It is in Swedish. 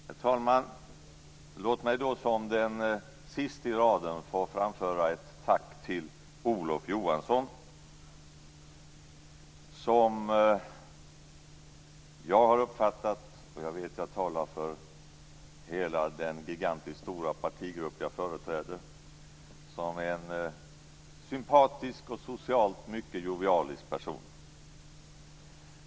Herr talman! Låt mig som den siste i raden få framföra ett tack till Olof Johansson, som jag har uppfattat - och jag vet att jag talar för hela den gigantiskt stora partigrupp jag företräder - som en sympatisk och socialt mycket jovialisk person.